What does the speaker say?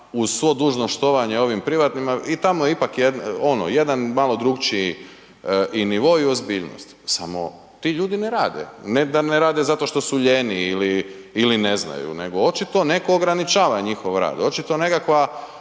uz svo dužno štovanje ovim privatnima i tamo je ipak jedan malo drukčiji i nivo i ozbiljnost, samo ti ljudi ne rade. Ne da ne rade zato što su lijeni ili ne znaju nego očito neko ograničava njihov rad, očito nekakva